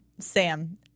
Sam